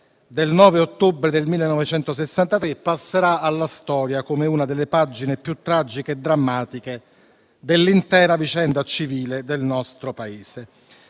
del 9 ottobre 1963 passerà alla storia come una delle pagine più tragiche e drammatiche dell'intera vicenda civile del nostro Paese.